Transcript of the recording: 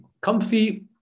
Comfy